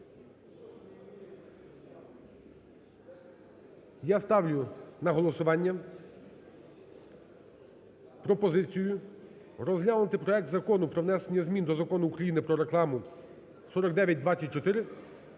я ставлю на голосування пропозицію, розглянути проект Закону про внесення змін до Закону України "Про рекламу" (4924)